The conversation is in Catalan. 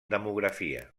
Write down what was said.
demografia